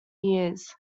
years